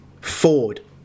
Ford